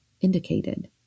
indicated